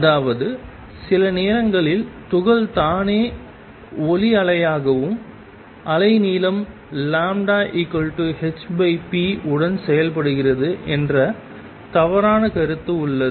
அதாவது சில நேரங்களில் துகள் தானே ஒளி அலையாகவும் அலைநீளம் λ hp உடன் செயல்படுகிறது என்ற தவறான கருத்து உள்ளது